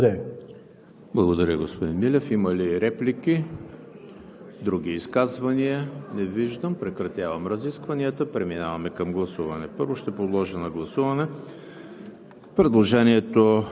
е слагане на каруцата пред коня, след като вече държавният бюджет е гласуван, а ние сега само отбиваме номер – предложенията да минат. Благодаря Ви. ПРЕДСЕДАТЕЛ ЕМИЛ ХРИСТОВ: Благодаря, господин Милев. Има ли реплики?